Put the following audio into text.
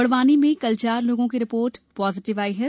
बड़वानी में कल चार लोगों की रिपोर्ट पॉजिटिव है